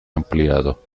ampliato